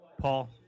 Paul